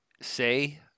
say